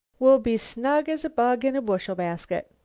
we'll be snug as a bug in a bushel basket.